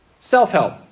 self-help